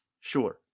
sure